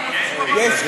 מיקי,